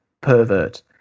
Pervert